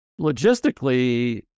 Logistically